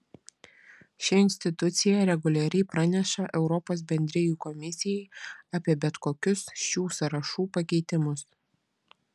ši institucija reguliariai praneša europos bendrijų komisijai apie bet kokius šių sąrašų pakeitimus